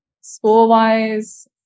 school-wise